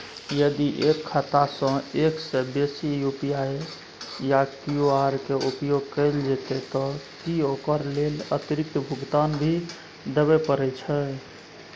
यदि एक ही खाता सं एक से बेसी यु.पी.आई या क्यू.आर के उपयोग कैल जेतै त की ओकर लेल अतिरिक्त भुगतान भी देबै परै छै?